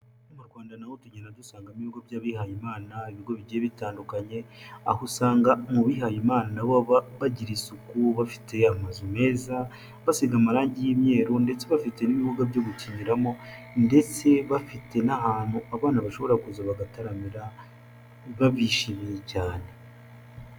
Mu Rwanda naho tugenda dusangamo ibigo by'abihaye imana, ibigo bigiye bitandukanye aho usanga mu bihayimana nabo bagira isuku, bafite amazu meza basiga amarangi yumweru, ndetse bafite n'ibibuga byo gukiniramo, ndetse bafite n'ahantu abana bashobora kuza bagataramira babishimiye.